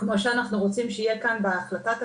כמו שאנחנו רוצים שיהיה כאן בהחלטת הממשלה,